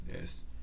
Yes